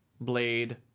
Blade